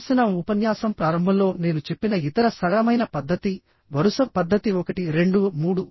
ప్రదర్శన ఉపన్యాసం ప్రారంభంలో నేను చెప్పిన ఇతర సరళమైన పద్ధతి వరుస పద్ధతి 123